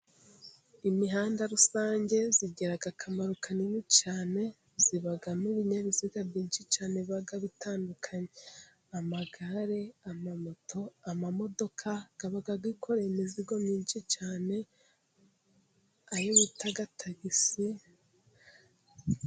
Imihanda rusange igira akamaro kanini cyane. ibamo ibinyabiziga byinshi cyane biba bitandukanye: amagare, amamoto, amamodoka, aba akora imizigo myinshi cyane ayo bita tagisi.